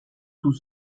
tout